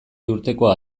urtekoa